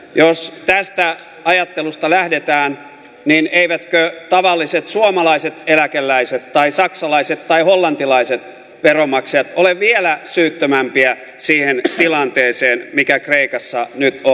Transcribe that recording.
jos tästä ajattelusta lähdetään niin eivätkö tavalliset suomalaiset eläkeläiset tai saksalaiset tai hollantilaiset veronmaksajat ole vielä syyttömämpiä siihen tilanteeseen mikä kreikassa nyt on